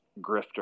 grifter